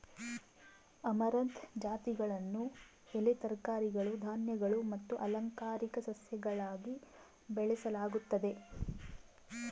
amaranth ಜಾತಿಗಳನ್ನು ಎಲೆ ತರಕಾರಿಗಳು ಧಾನ್ಯಗಳು ಮತ್ತು ಅಲಂಕಾರಿಕ ಸಸ್ಯಗಳಾಗಿ ಬೆಳೆಸಲಾಗುತ್ತದೆ